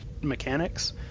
mechanics